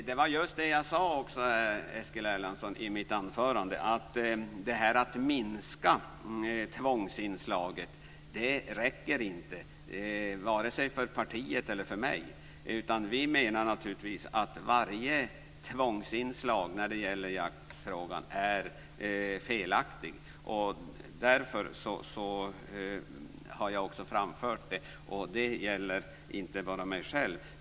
Fru talman! Det var också just det som jag sade i mitt anförande, Eskil Erlandsson, att det inte räcker att minska tvångsinslaget vare sig för partiet eller för mig. Vi menar naturligtvis att varje tvångsinslag i jaktfrågan är felaktigt. Därför har jag också framfört det. Det är inte bara min egen uppfattning.